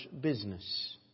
business